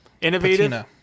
Innovative